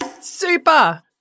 Super